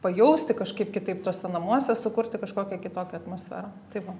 pajausti kažkaip kitaip tuose namuose sukurti kažkokią kitokią atmosferą tai va